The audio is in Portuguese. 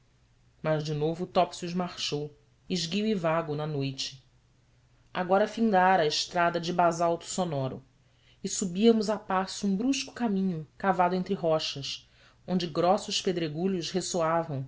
mas de novo topsius marchou esguio e vago na noite agora findara a estrada de basalto sonoro e subíamos a passo um brusco caminho cavado entre rochas onde grossos pedregulhos ressoavam